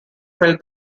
felt